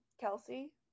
Kelsey